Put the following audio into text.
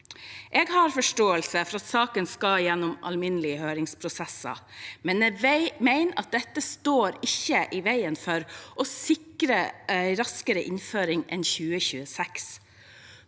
Jeg har forståelse for at saken skal gjennom alminnelige høringsprosesser, men jeg mener det ikke står i veien for å sikre raskere innføring – før 2026.